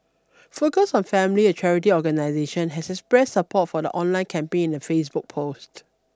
focus on family a charity organisation has expressed support for the online campaign in a Facebook post